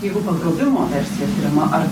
jeigu pagrobimo versija tiriama ar